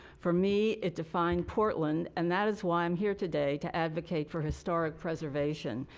for me, it defined portland and that is why i am here today to advocate for historic pressure vagues. and